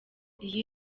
iyi